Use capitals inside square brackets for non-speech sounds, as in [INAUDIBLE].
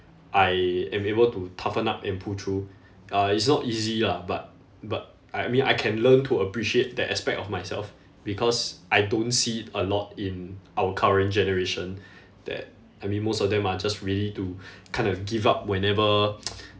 I am able to toughen up and pull through uh it's not easy lah but but I mean I can learn to appreciate that aspect of myself because I don't see it a lot in our current generation [BREATH] that I mean most of them are just ready to [BREATH] kind of give up whenever [NOISE]